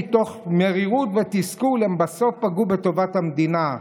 שמתוך מרירות ותסכול הם בסוף פגעו בטובת המדינה.